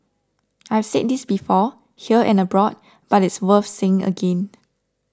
I have said this before here and abroad but it's worth saying again